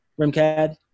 RimCAD